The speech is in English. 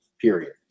period